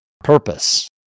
Purpose